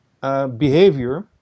behavior